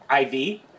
IV